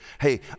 Hey